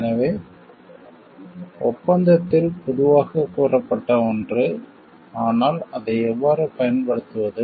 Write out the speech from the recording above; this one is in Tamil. எனவே ஒப்பந்தத்தில் பொதுவாகக் கூறப்பட்ட ஒன்று ஆனால் அதை எவ்வாறு பயன்படுத்துவது